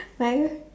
five